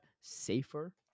safer